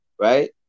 right